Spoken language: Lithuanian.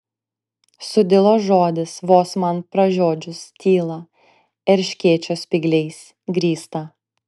sudilo žodis vos man pražiodžius tylą erškėčio spygliais grįstą